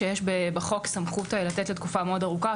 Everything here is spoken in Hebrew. כשיש בחוק סמכות לתת לתקופה מאוד ארוכה.